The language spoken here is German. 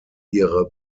ihre